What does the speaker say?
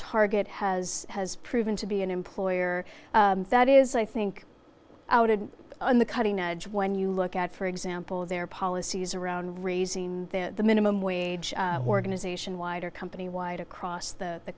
target has has proven to be an employer that is i think outed on the cutting edge when you look at for example their policies around raising the minimum wage organization wide or company wide across the